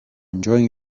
enjoying